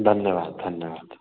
धन्यवाद धन्यवाद